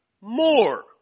More